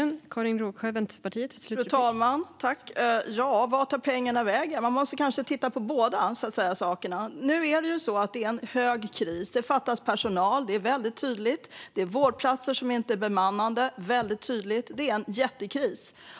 Fru talman! Ja, vart tar pengarna vägen? Man måste kanske titta på båda sakerna. Nu är det på det sättet att det är en stor kris. Det är tydligt att det fattas personal. Det är tydligt att det finns vårdplatser som inte är bemannade. Det är en jättekris.